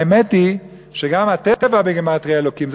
האמת היא שגם הטבע בגימטריה אלוקים.